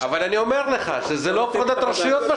אני אומר לך שמה שאתם עושים הוא לא הפרדת רשויות.